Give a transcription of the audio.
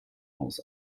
haus